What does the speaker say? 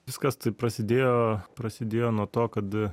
viskas taip prasidėjo prasidėjo nuo to kad